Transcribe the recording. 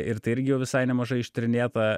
ir tai irgi jau visai nemažai ištyrinėta